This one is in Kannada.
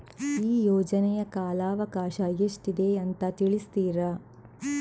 ಈ ಯೋಜನೆಯ ಕಾಲವಕಾಶ ಎಷ್ಟಿದೆ ಅಂತ ತಿಳಿಸ್ತೀರಾ?